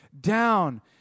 down